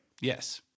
Yes